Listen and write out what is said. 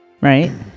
Right